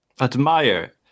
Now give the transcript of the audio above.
Admire